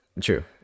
true